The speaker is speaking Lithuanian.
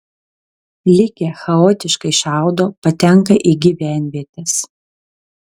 likę chaotiškai šaudo patenka į gyvenvietes